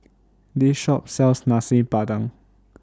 This Shop sells Nasi Padang